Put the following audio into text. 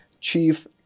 Chief